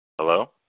Hello